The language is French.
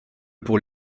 pour